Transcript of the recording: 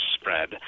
spread